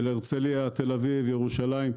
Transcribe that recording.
הרצליה, תל אביב, ירושלים.